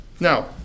Now